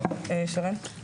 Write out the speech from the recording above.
הבנתי.